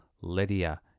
Lydia